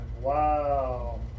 Wow